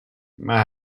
maar